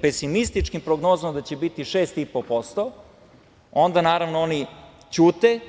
pesimističkim prognozama da će biti 6,5%, onda oni ćute,